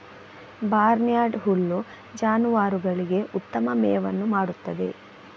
barnyard ಹುಲ್ಲು ಜಾನುವಾರುಗಳಿಗೆ ಉತ್ತಮ ಮೇವನ್ನು ಮಾಡುತ್ತದೆ